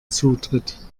zutritt